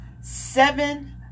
seven